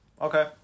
Okay